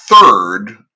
third